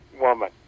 woman